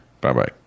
Bye-bye